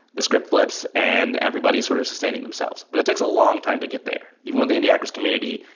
the script flips and everybody is sort of sustaining themselves. but it takes a long time to get there. even with the indie hackers community,